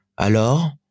Alors